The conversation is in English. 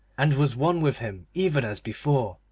and was one with him even as before.